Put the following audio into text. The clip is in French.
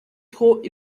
trop